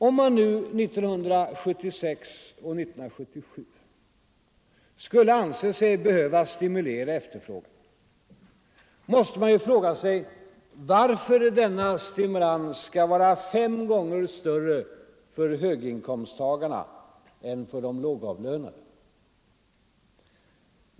Om man nu 1976 och 1977 skulle anse sig behöva stimulera efterfrågan måste man fråga sig varför denna stimulans skall vara fem gånger större för höginkomsttagarna än för de lågavlönade.